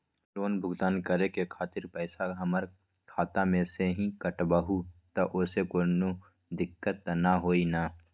Loan भुगतान करे के खातिर पैसा हमर खाता में से ही काटबहु त ओसे कौनो दिक्कत त न होई न?